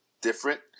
different